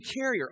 carrier